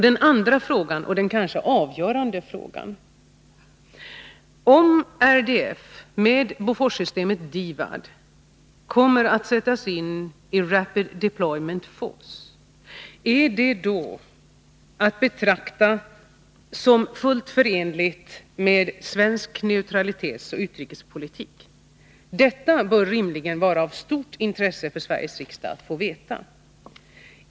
Den andra och kanske avgörande frågan är: Om Boforssystemet DIVAD sätts in i Rapid Deployment Force, är detta då att betrakta som fullt förenligt med svensk neutralitetsoch utrikespolitik? Detta bör rimligen vara av stort intresse för Sveriges riksdag att få veta.